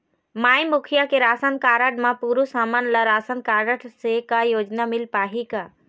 माई मुखिया के ration card म पुरुष हमन ला रासनकारड से का योजना मिल पाही का?